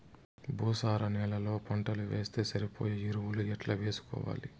భూసార నేలలో పంటలు వేస్తే సరిపోయే ఎరువులు ఎట్లా వేసుకోవాలి?